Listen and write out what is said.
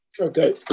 Okay